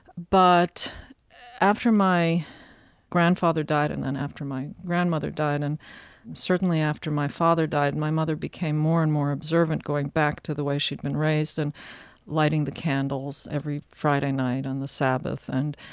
but after my grandfather died and then after my grandmother died, and certainly after my father died, my mother became more and more observant, going back to the way she'd been raised and lighting the candles every friday night on the sabbath and,